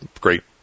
great